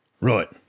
right